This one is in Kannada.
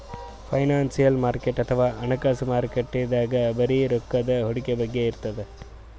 ಫೈನಾನ್ಸಿಯಲ್ ಮಾರ್ಕೆಟ್ ಅಥವಾ ಹಣಕಾಸ್ ಮಾರುಕಟ್ಟೆದಾಗ್ ಬರೀ ರೊಕ್ಕದ್ ಹೂಡಿಕೆ ಬಗ್ಗೆ ಇರ್ತದ್